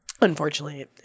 Unfortunately